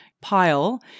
pile